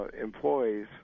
employees